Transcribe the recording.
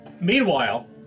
Meanwhile